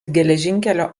geležinkelio